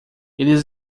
eles